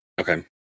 Okay